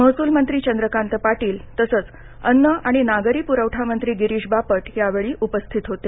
महसूल मंत्री चंद्रकांत पाटील तसंच अन्न आणि नागरी प्रवठा मंत्री गिरीश बापट यावेळी उपस्थित होते